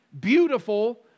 beautiful